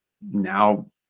now